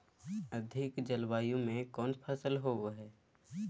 अधिक जलवायु में कौन फसल होबो है?